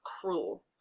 cruel